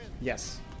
Yes